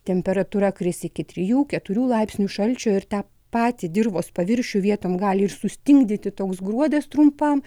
temperatūra kris iki trijų keturių laipsnių šalčio ir tą patį dirvos paviršių vietom gali ir sustingdyti toks gruodis trumpam